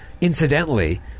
incidentally